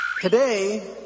Today